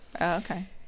Okay